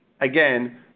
Again